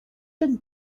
been